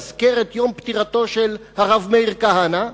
לאזכר את יום פטירתו של הרב מאיר כהנא,